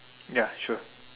ya sure